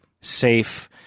safe